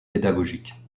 pédagogiques